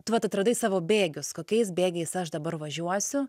tu vat atradai savo bėgius kokiais bėgiais aš dabar važiuosiu